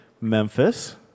Memphis